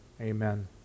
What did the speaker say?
Amen